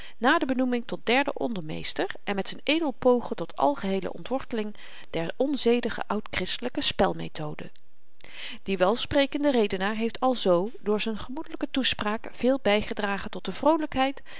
na de benoeming tot derden ondermeester en met z'n edel pogen tot algeheele ontworteling der onzedige oud christelyke spel methode die welsprekende redenaar heeft alzoo door zyn gemoedelyke toespraak veel bygedragen tot de